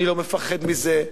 אני לא מפחד מזה,